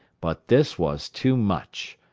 but this was too much.